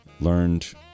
learned